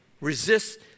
Resist